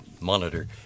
monitor